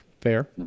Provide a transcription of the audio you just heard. Fair